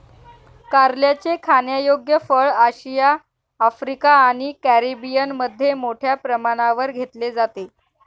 कारल्याचे खाण्यायोग्य फळ आशिया, आफ्रिका आणि कॅरिबियनमध्ये मोठ्या प्रमाणावर घेतले जाते